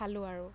খালোঁ আৰু